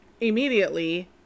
immediately